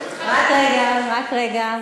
רק רגע, רק רגע.